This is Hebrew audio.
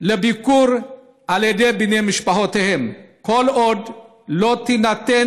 לביקור על ידי בני משפחותיהם כל עוד לא יינתן